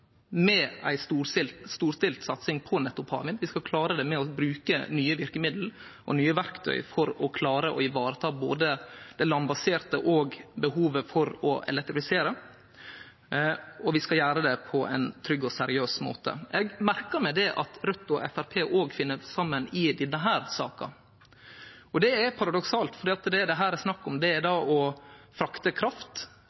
det med å bruke nye verkemiddel og nye verktøy for å klare å vareta både det landbaserte og behovet for å elektrifisere. Vi skal gjere det på ein trygg og seriøs måte. Eg har lagt merke til at Raudt og Framstegspartiet òg finn saman i denne saka. Det er paradoksalt, for det det her er snakk om, er